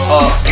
up